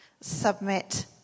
submit